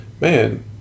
man